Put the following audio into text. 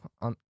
on